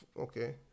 okay